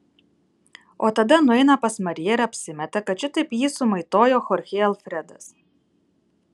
o tada nueina pas mariją ir apsimeta kad šitaip jį sumaitojo chorchė alfredas